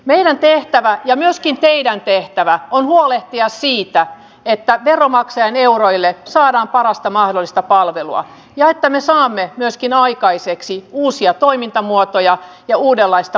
meri on tehtävä ja nostin teidän tehtävä on huolehtia siitä että ne omakseen euroille sadan parasta mahdollista palvelua ja että me saamme myöskin aikaiseksi uusia toimintamuotoja ja uudenlaista